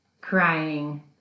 crying